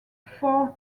four